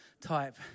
type